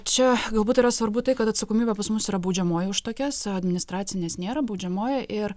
čia galbūt yra svarbu tai kad atsakomybė pas mus yra baudžiamoji už tokias administracinės nėra baudžiamoji ir